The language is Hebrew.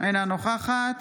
אינה נוכחת